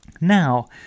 Now